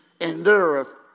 endureth